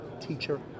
teacher